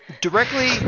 Directly